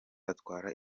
atwara